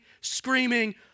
screaming